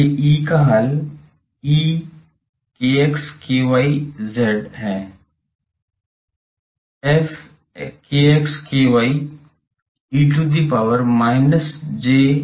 इसलिए E का हल E है f e to the power minus j kz z